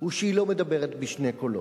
הוא שהיא לא מדברת בשני קולות.